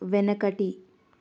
వెనకటి